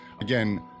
again